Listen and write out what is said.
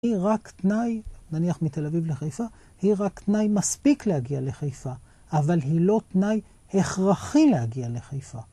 היא רק תנאי, נניח מתל אביב לחיפה, היא רק תנאי מספיק להגיע לחיפה, אבל היא לא תנאי הכרחי להגיע לחיפה.